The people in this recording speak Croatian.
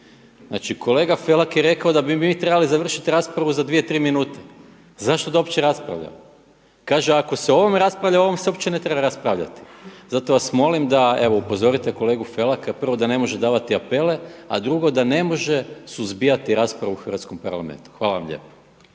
Znači kolega Felak je rekao da bi mi trebalo završiti raspravu za dvije, tri minute. Zašto da uopće raspravljamo? Kaže ako se o ovome raspravlja o ovome se uopće ne treba raspravljati. Zato vas molim da evo upozorite kolegu Felaka prvo da ne može davati apele, a drugo da ne može suzbijati raspravu u hrvatskom Parlamentu. Hvala vam lijepo.